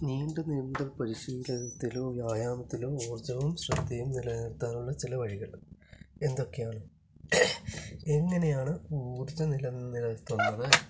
നീണ്ട നീന്തൽ പരിശീലനത്തിലും വ്യായാമത്തിലും ഊർജവും ശ്രദ്ധയും നിലനിർത്താനുള്ള ചില വഴികൾ എന്തൊക്കെയാണ് എങ്ങനെയാണ് ഊർജം നിലനിർത്തുന്നത്